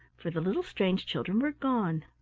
for the little strange children were gone.